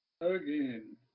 Again